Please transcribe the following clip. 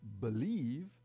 believe